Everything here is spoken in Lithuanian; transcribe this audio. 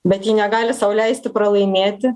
bet ji negali sau leisti pralaimėti